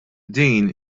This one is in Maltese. din